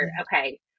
Okay